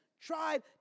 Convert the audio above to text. tried